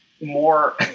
more